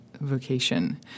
vocation